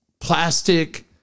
plastic